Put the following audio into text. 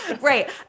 Right